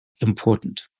important